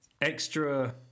extra